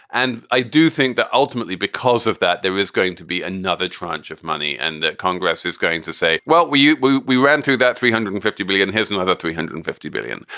and i do think that ultimately because of that, there is going to be another tranche of money and that congress is going to say, well, we we we ran through that three hundred and fifty billion hismother, three hundred and fifty billion.